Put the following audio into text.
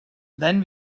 then